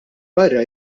barra